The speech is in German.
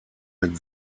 mit